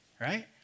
Right